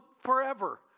forever